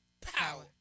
power